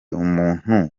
umuntu